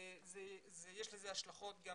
יש לזה השלכות גם